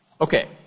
Okay